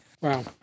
Wow